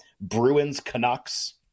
Bruins-Canucks